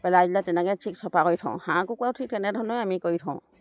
পেলাই দিলে তেনেকৈ ঠিক চফা কৰি থওঁ হাঁহ কুকৰাও ঠিক তেনেধৰণে আমি কৰি থওঁ